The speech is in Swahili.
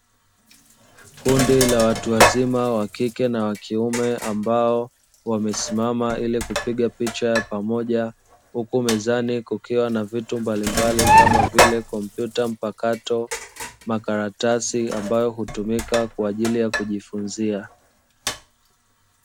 Kundi la watu wazima, wa kike na wa kiume, ambao wamesimama ili kupiga picha ya pamoja, huku mezani kukiwa na vitu mbalimbali, kama vile; kompyuta mpakato, makaratasi ambayo hutumika kwa ajili ya kujifunzia.